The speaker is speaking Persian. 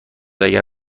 اگر